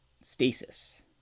stasis